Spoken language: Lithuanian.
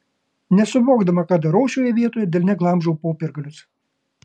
nesuvokdama ką darau šioje vietoje delne glamžau popiergalius